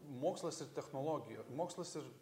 mokslas ir technologija ar mokslas ir